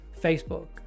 Facebook